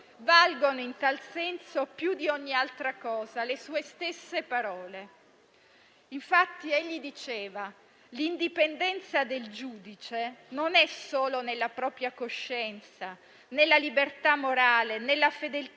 Valgono in tal senso, più di ogni altra cosa, le sue stesse parole. Infatti egli diceva che: «l'indipendenza del giudice (...) non è solo nella propria coscienza, nella (...) libertà morale, nella fedeltà